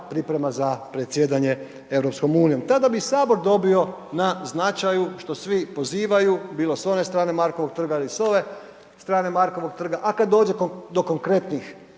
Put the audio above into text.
priprema za predsjedanje EU, tada bi HS dobio na značaju što svi pozivanju, bilo s one strane Markovog trga ili s ove strane Markovog trga, a kad dođe do konkretnih